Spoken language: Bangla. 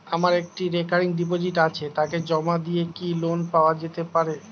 আমার একটি রেকরিং ডিপোজিট আছে তাকে জমা দিয়ে কি লোন পাওয়া যেতে পারে?